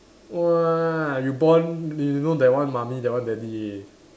!wah! you born you know that one mummy that one daddy already